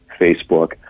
Facebook